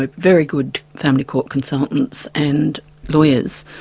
ah very good family court consultants and lawyers,